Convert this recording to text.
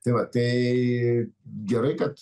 tai va tai gerai kad